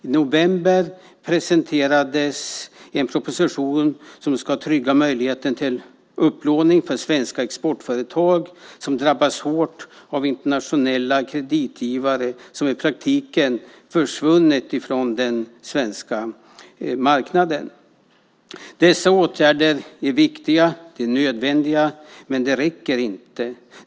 I november presenterades en proposition som ska trygga möjligheten till upplåning för svenska exportföretag som drabbats hårt av internationella kreditgivare som i praktiken försvunnit från den svenska marknaden. Dessa åtgärder är viktiga och nödvändiga, men de räcker inte.